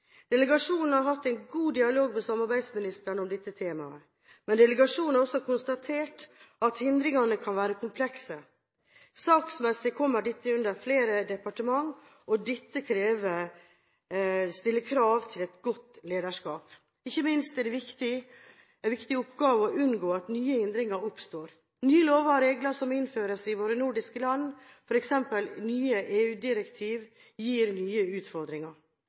Delegasjonen har hatt en god dialog med samarbeidsministeren om dette temaet. Men delegasjonen har også konstatert at hindringene kan være komplekse. Saksmessig kommer dette inn under flere departement. Dette stiller krav til godt lederskap. Ikke minst er det en viktig oppgave å unngå at nye hindringer oppstår. Nye lover og regler som innføres i våre nordiske land, f.eks. nye EU-direktiv, gir nye utfordringer.